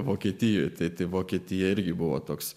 vokietijoje ateityje vokietija irgi buvo toks